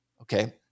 Okay